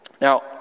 Now